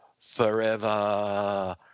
forever